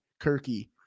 Kirky